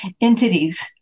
entities